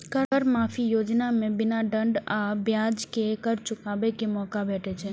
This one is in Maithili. कर माफी योजना मे बिना दंड आ ब्याज के कर चुकाबै के मौका भेटै छै